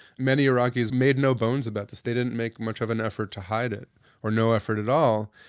many iraqis made no bones about this. they didn't make much of an effort to hide it or no effort at all.